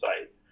site